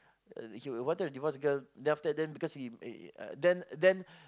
he wanted to divorce girl then after that then because he uh then then